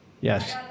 Yes